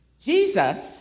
Jesus